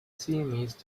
siamese